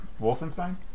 wolfenstein